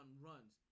runs